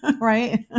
right